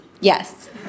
Yes